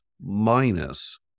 minus